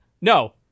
no